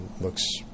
looks